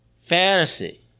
fantasy